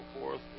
forth